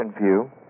view